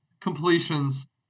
completions